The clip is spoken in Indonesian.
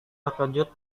terkejut